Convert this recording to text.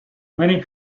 many